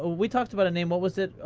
ah we talked about a name, what was it,